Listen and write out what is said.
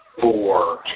Four